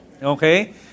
Okay